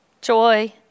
joy